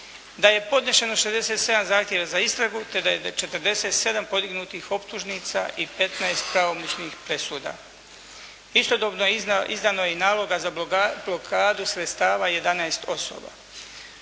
Da je podnešeno 67 zahtjeva za istragu te da je 47 podignutih optužnica i 15 pravomoćnih presuda. Istodobno je izdano i naloga za blokadu sredstava 11 osoba.